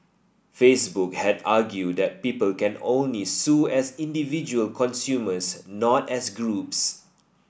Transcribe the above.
facebook had argued that people can only sue as individual consumers not as groups